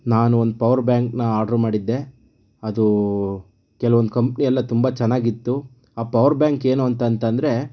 ನಾನು ಒಂದು ಪವರ್ಬ್ಯಾಂಕನ್ನು ಆರ್ಡರ್ ಮಾಡಿದ್ದೆ ಅದು ಕೆಲವೊಂದು ಕಂಪನಿಯೆಲ್ಲ ತುಂಬ ಚೆನ್ನಾಗಿತ್ತು ಆ ಪವರ್ಬ್ಯಾಂಕ್ ಏನು ಅಂತಂದ್ರೆ